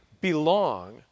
belong